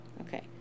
Okay